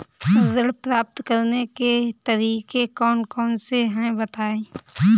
ऋण प्राप्त करने के तरीके कौन कौन से हैं बताएँ?